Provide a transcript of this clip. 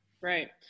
Right